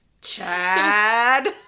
Chad